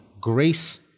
grace